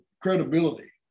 credibility